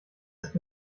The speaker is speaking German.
ist